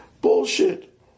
bullshit